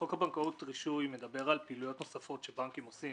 חוק הבנקאות (רישוי) מדבר על פעילויות נוספות שבנקים עושים,